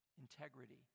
integrity